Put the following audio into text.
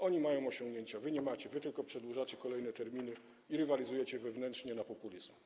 Oni mają osiągnięcia, wy nie macie, wy tylko przedłużacie kolejne terminy i rywalizujecie wewnętrznie na populizm.